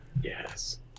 Yes